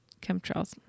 chemtrails